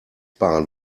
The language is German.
bahn